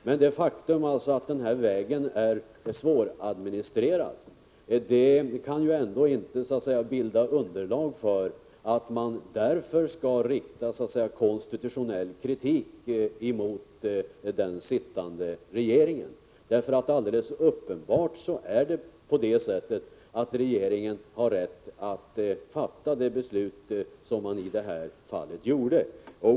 Men det faktum att den här vägen är svåradministrerad kan inte bilda underlag för konstitutionell kritik riktad mot den sittande regeringen. Alldeles uppenbart har regeringen rätt att fatta de beslut man i det här fallet fattade.